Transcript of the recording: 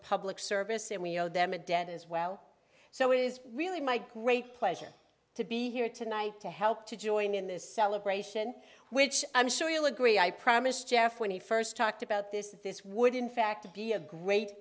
public service and we owe them a debt as well so it is really my great pleasure to be here tonight to help to join in this celebration which i'm sure you'll agree i promise jeff when he first talked about this this would in fact be a great